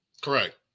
Correct